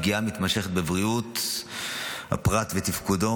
פגיעה מתמשכת בבריאות הפרט ותפקודו,